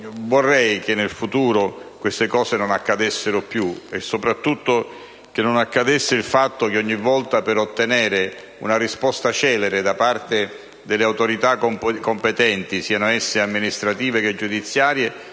Vorrei che in futuro queste cose non accadessero più, e soprattutto che non accadesse che ogni volta, per ottenere una risposta celere da parte delle autorità competenti, siano esse amministrative che giudiziarie,